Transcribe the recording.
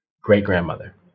great-grandmother